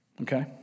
Okay